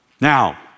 now